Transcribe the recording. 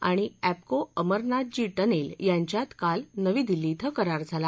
आणि एपको अमरनाथजी टनेल यांच्यात काल नवी दिल्ली इथं करार झाला